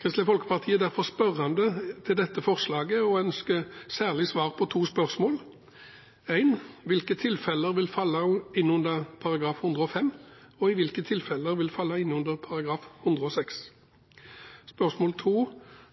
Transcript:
Kristelig Folkeparti er derfor spørrende til dette forslaget og ønsker særlig svar på to spørsmål: Hvilke tilfeller vil falle inn under § 105, og hvilke tilfeller vil falle inn under § 106?